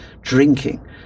drinking